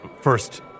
first